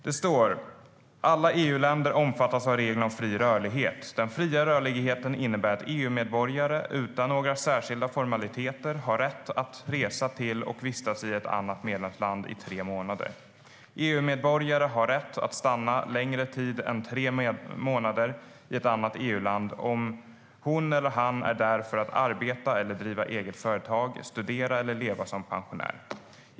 Där står att alla EU-länder omfattas av reglerna om fri rörlighet. Den fria rörligheten innebär att EU-medborgare, utan några särskilda formaliteter, har rätt att resa till och vistas i ett annat medlemsland i tre månader. EU-medborgare har rätt att stanna längre tid än tre månader i ett annat EU-land om hon eller han är där för att arbeta eller driva eget företag, studera eller leva som pensionär.